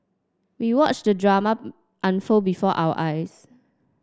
we watched the drama unfold before our eyes